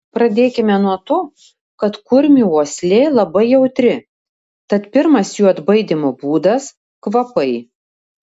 pradėkime nuo to kad kurmių uoslė labai jautri tad pirmas jų atbaidymo būdas kvapai